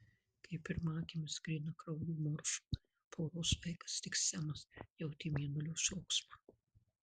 kaip pirmagimis grynakraujų morfų poros vaikas tik semas jautė mėnulio šauksmą